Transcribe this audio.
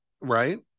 right